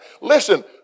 Listen